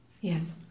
Yes